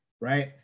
right